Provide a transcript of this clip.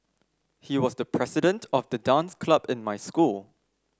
he was the president of the dance club in my school